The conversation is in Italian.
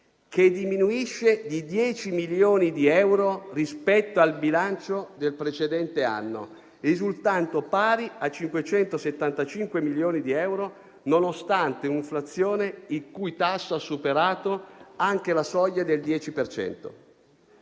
che diminuisce di 10 milioni di euro rispetto al bilancio del precedente anno, risultando pari a 575 milioni di euro, nonostante un'inflazione il cui tasso ha superato anche la soglia del 10